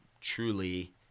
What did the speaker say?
truly